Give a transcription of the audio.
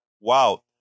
Wow